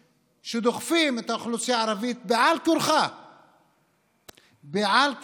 שדוחפים את האוכלוסייה הערבית בעל כורחה,